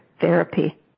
therapy